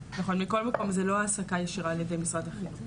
מכל מקום זו לא העסקה ישירה על ידי משרד החינוך שנדע.